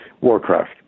Warcraft